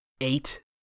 eight